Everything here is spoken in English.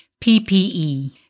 PPE